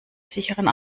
sicheren